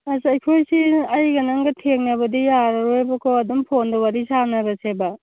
ꯑꯁ ꯑꯩꯈꯣꯏꯁꯤ ꯑꯩꯒ ꯅꯪꯒ ꯊꯦꯡꯅꯕꯗꯤ ꯌꯥꯔꯔꯣꯏꯕꯀꯣ ꯑꯗꯨꯝ ꯐꯣꯟꯗ ꯋꯥꯔꯤ ꯁꯥꯟꯅꯔꯁꯦꯕ